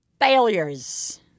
failures